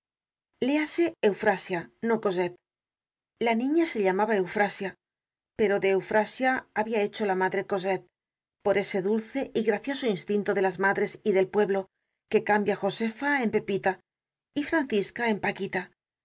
niña cosette léase eufrasia no cosette la niña se llamaba eufrasia pero de eufrasia habia hecho la madre cosette por ese dulce y gracioso instinto de las madres y del pueblo que cambia josefa en pepita y francisca en paquita es